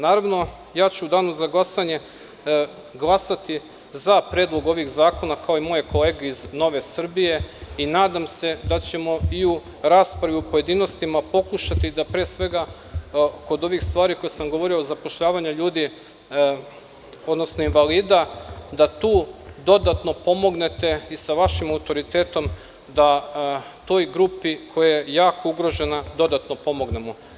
Naravno, ja ću u danu za glasanje glasati za predloge ovih zakona, kao i moje kolege iz Nove Srbije i nadam se da ćemo i u raspravi i u pojedinostima pokušati da pre svega kod ovih stvari koje sam govorio, zapošljavanja ljudi, odnosno invalida da tu dodatno pomognete i sa vašim autoritetom da toj grupi koja je jako ugrožena dodatno pomognemo.